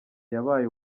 yabaye